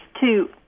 Two